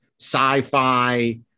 sci-fi